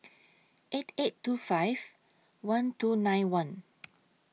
eight eight two five one two nine one